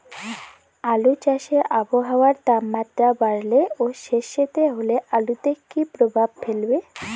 আলু চাষে আবহাওয়ার তাপমাত্রা বাড়লে ও সেতসেতে হলে আলুতে কী প্রভাব ফেলবে?